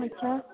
अच्छा